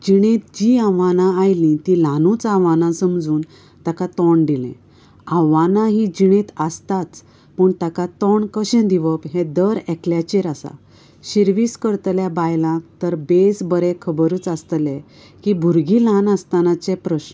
जिणेंत जी आव्हानां आयली ती ल्हानूच आव्हानां समजून तांका तोंड दिलें आव्हानां ही जिणेंत आसताच पूण ताका तोंड कशें दिवप हे दर एकल्याचेर आसा शिर्वीस करतल्या बायलांक तर बेस बरें खबरच आसतलें की भुरगीं ल्हान आसतनाचे प्रस्न